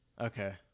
okay